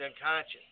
unconscious